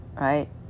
right